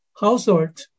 household